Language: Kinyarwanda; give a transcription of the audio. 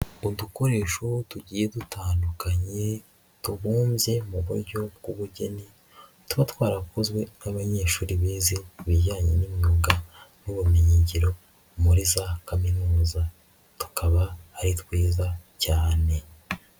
Udukoresho tugiye dutandukanye tubumbye mu buryo bw'ubugeni, tuba twarakozwe n'abanyeshuri bize bijyanye n'imyuga n'ubumenyin ngiro muri za Kaminuza, tukaba ari twiza cyane.